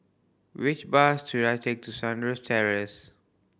which bus should I take to Sunrise Terrace